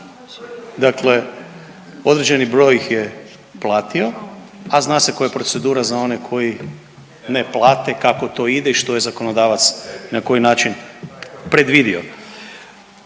Dakle, određeni broj ih je platio, a zna se koja je procedura za one koji ne plate kako to ide i što je zakonodavac na koji način predvidio.